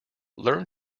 learn